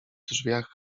drzwiach